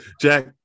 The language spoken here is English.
Jack